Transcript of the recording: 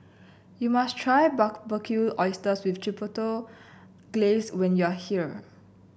you must try Barbecued Oysters with Chipotle Glaze when you are here